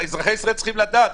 אזרחי ישראל צריכים לדעת.